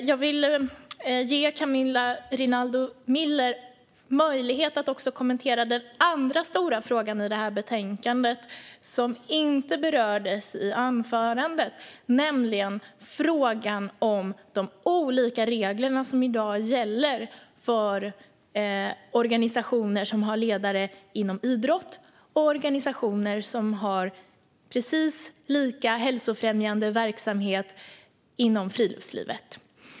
Jag vill ge Camilla Rinaldo Miller möjlighet att också kommentera den andra stora frågan i betänkandet som inte berördes i anförandet, nämligen frågan om de olika regler som i dag gäller för organisationer som har ledare inom idrott och organisationer som har precis lika hälsofrämjande verksamhet inom friluftslivet.